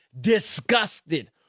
disgusted